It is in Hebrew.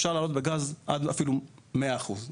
אפשר להעלות בגז עד אפילו 100 אחוזים.